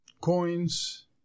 coins